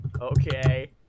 okay